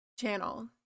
channel